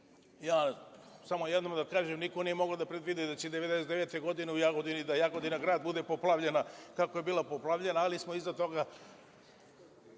još jednom da kažem. Niko nije mogao da predvidi da će 1999. godine u Jagodini, da Jagodina grad bude poplavljen, kako je bio poplavljen, ali smo iza toga,